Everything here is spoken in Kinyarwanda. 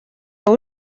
wowe